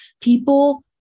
people